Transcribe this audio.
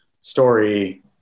story